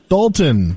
Dalton